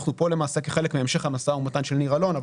אנחנו פה למעשה כחלק מהמשך המשא ומתן של ניר אלון.